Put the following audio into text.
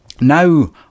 now